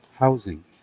housing